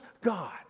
God